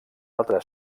altre